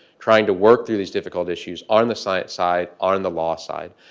trying to work through these difficult issues on the science side, on the law side.